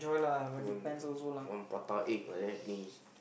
one prata egg like that finish